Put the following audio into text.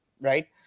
right